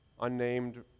unnamed